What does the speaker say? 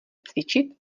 cvičit